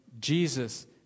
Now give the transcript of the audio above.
Jesus